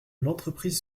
l’entreprise